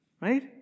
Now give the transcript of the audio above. Right